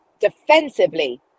defensively